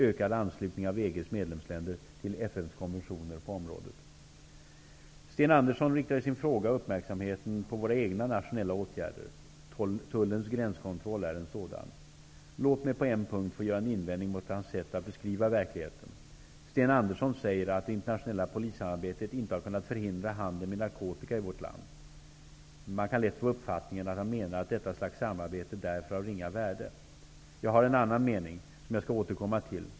ökad anslutning av EG:s medlemsländer till FN:s konventioner på området. Sten Andersson riktar i sin fråga uppmärksamheten på våra egna nationella åtgärder. Tullens gränskontroll är en sådan. Låt mig på en punkt få göra en invändning mot hans sätt att beskriva verkligheten. Sten Andersson säger att det internationella polissamarbetet inte har kunnat förhindra handeln med narkotika i vårt land. Man kan lätt få uppfattningen att han menar att detta slags samarbete därför har ringa värde. Jag har en annan mening, som jag skall återkomma till.